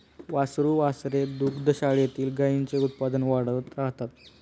वासरू वासरे दुग्धशाळेतील गाईंचे उत्पादन वाढवत राहतात